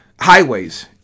highways